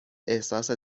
احساس